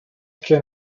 can